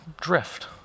drift